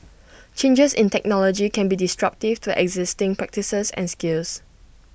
changes in technology can be disruptive to existing practices and skills